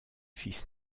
fils